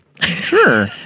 Sure